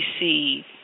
receive